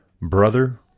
Brother